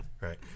right